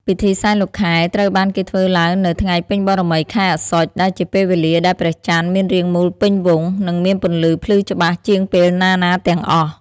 ពិធីសែនលោកខែត្រូវបានគេធ្វើឡើងនៅថ្ងៃពេញបូណ៌មីខែអស្សុជ ដែលជាពេលវេលាដែលព្រះច័ន្ទមានរាងមូលពេញវង់ និងមានពន្លឺភ្លឺច្បាស់ជាងពេលណាៗទាំងអស់។